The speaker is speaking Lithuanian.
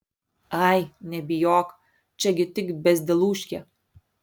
ai nebijok čia gi tik bezdelūškė